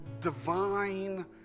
divine